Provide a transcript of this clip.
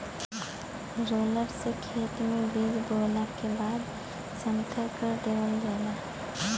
roller से खेत में बीज बोवला के बाद समथर कर देवल जाला